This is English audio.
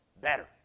Better